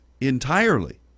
entirely